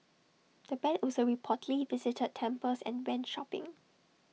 the Band also reportedly visited temples and went shopping